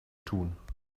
tun